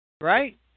Right